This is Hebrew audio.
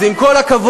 אז עם כל הכבוד,